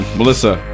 Melissa